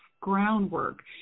groundwork